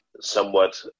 somewhat